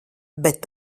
bet